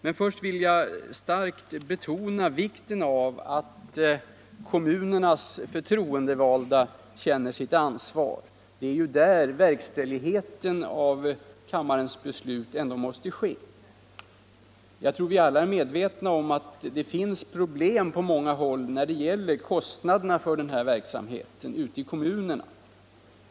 Men först vill jag starkt betona vikten av att kommunernas förtroendevalda känner sitt ansvar. Det är ju ute i kommunerna kammarens beslut skall verkställas. Jag tror att vi alla är medvetna om att det finns problem på många håll när det gäller kostnaderna för den här verksamheten ute i kommunerna.